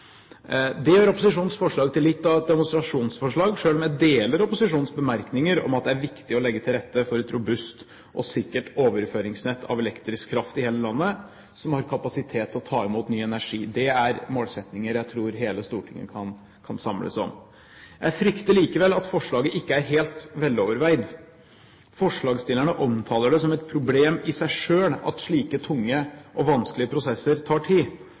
gjør opposisjonens forslag til litt av et demonstrasjonsforslag, selv om jeg er enig i opposisjonens bemerkninger om at det er viktig å legge til rette for et robust og sikkert overføringsnett av elektrisk kraft i hele landet som har kapasitet til å ta imot nye energi. Det er den målsettingen jeg tror hele Stortinget kan samles om. Jeg frykter likevel at forslaget ikke er helt veloverveid. Forslagsstillerne omtaler det som et problem i seg selv at slike tunge og vanskelige prosesser tar tid,